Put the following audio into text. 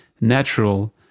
natural